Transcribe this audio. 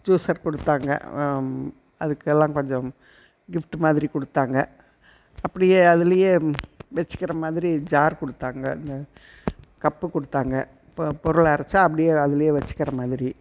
juicer கொடுத்தாங்க அதுக்கெல்லாம் கொஞ்சம் கிஃப்ட்டு மாதிரி கொடுத்தாங்க அப்படியே அதுலேயே வச்சுக்கிற மாதிரி ஜார் கொடுத்தாங்க கப்பு கொடுத்தாங்க பொருள் அரைச்சா அப்படியே அதுலேயே வச்சுக்கிற மாதிரி